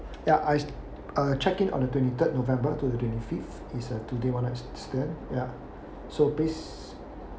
ya I uh check in on the twenty third november to the twenty fifth is a two day one night stay ya so bas~